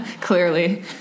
Clearly